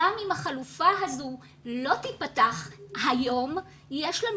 גם אם החלופה הזו לא תיפתח היום יש לנו